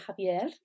Javier